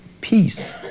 peace